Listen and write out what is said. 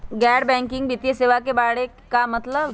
गैर बैंकिंग वित्तीय सेवाए के बारे का मतलब?